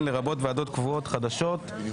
לרבות ועדות קבועות חדשות עכשיו אנחנו בסעיף ג.